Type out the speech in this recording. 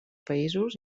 països